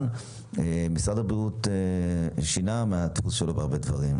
משרד הבריאות שינה מהדפוס שלו בלא מעט דברים.